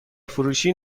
فروشی